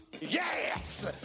Yes